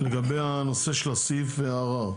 לגבי הנושא של סעיף הערר.